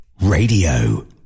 Radio